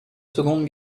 seconde